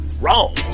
Wrong